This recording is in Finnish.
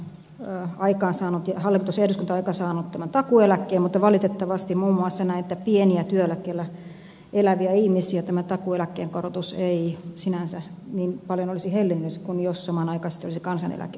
hallitus ja eduskunta ovat aikaansaaneet tämän takuueläkkeen mutta valitettavasti muun muassa näitä pienellä työeläkkeellä eläviä ihmisiä tämä takuueläkkeen korotus ei sinänsä ole niin paljon hellinyt kuin jos samanaikaisesti olisi kansaneläkettä korotettu